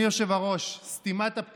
הצבא, הכיבוש, ייכנס,